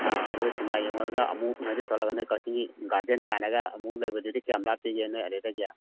ꯑ ꯑꯗꯨꯒ ꯁꯤꯟꯃꯥ ꯌꯦꯡꯉꯨꯔꯒ ꯑꯃꯨꯛ ꯎꯅꯗꯩ ꯊꯣꯛꯂꯛꯑꯒ ꯅꯣꯏ ꯀꯛꯆꯤꯡꯒꯤ ꯒꯥꯔꯗꯦꯟ ꯀꯥꯏꯅꯒ ꯑꯃꯨꯛ ꯂꯩꯕꯗꯨꯗꯤ ꯀꯌꯥꯝ ꯂꯥꯞꯄꯤꯒꯦ ꯅꯣꯏ ꯑꯗꯨꯗꯒꯤ